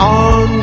on